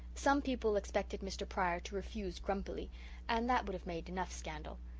some people expected mr. pryor to refuse grumpily and that would have made enough scandal.